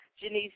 Janice